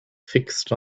fixed